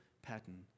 pattern